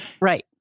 right